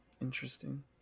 interesting